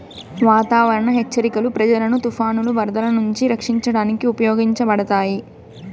వాతావరణ హెచ్చరికలు ప్రజలను తుఫానులు, వరదలు నుంచి రక్షించడానికి ఉపయోగించబడతాయి